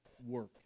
work